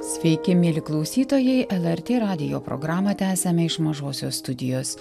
sveiki mieli klausytojai lrt radijo programą tęsiame iš mažosios studijos